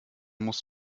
muss